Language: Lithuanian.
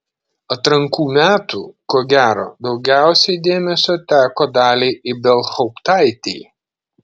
atrankų metų ko gero daugiausiai dėmesio teko daliai ibelhauptaitei